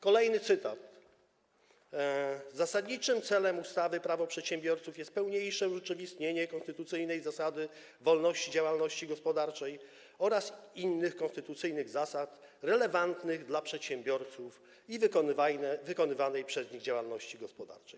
Kolejny cytat: Zasadniczym celem ustawy Prawo przedsiębiorców jest pełniejsze urzeczywistnienie konstytucyjnej zasady wolności działalności gospodarczej oraz innych konstytucyjnych zasad relewantnych dla przedsiębiorców i wykonywanej przez nich działalności gospodarczej.